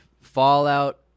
Fallout